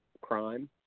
crime